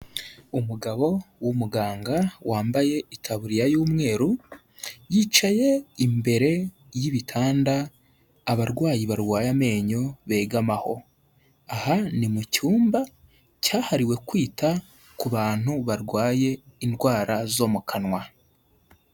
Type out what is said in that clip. Umugabo w'umuganga wambaye ikaburiya y'umweru, yicaye imbere y'ibitanda abarwayi barwaye amenyo begamaho, aha ni mu cyumba cyahariwe kwita ku bantu barwaye indwara zo mu kanwa.